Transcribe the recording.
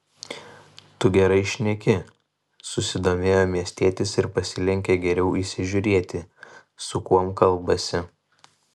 tu gerai šneki susidomėjo miestietis ir pasilenkė geriau įsižiūrėti su kuom kalbasi